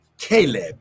Caleb